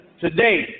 today